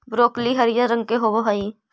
broccoli हरियर रंग के होब हई